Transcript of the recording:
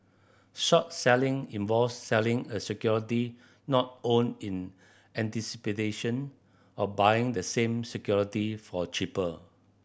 short selling involves selling a security not owned in of buying the same security for cheaper